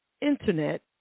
Internet